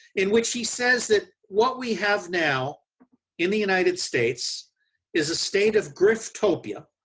in which he says that what we have now in the united states is a state of griftopia,